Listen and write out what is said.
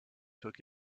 took